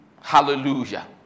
Hallelujah